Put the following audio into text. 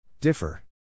Differ